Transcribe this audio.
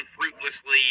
fruitlessly